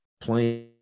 playing